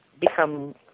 become